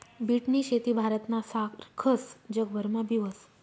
बीटनी शेती भारतना सारखस जगभरमा बी व्हस